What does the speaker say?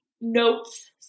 notes